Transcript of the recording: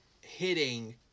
hitting